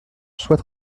sois